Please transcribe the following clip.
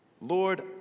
Lord